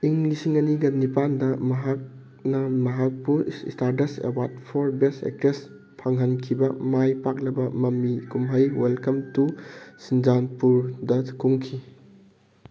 ꯏꯪ ꯂꯤꯁꯤꯡ ꯑꯅꯤꯒ ꯅꯤꯄꯥꯜꯗ ꯃꯍꯥꯛꯅ ꯃꯍꯥꯛꯄꯨ Stardust award for best actress ꯐꯪꯍꯟꯈꯤꯕ ꯃꯥꯏ ꯄꯥꯛꯂꯕ ꯃꯃꯤ ꯀꯨꯝꯍꯩ ꯋꯦꯜꯀꯝ ꯇꯨ ꯁꯤꯟꯖꯥꯡꯄꯨꯔꯗ ꯀꯨꯝꯈꯤ